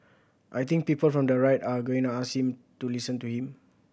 I think people from the right are going to listen to him